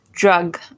drug